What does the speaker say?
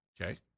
Okay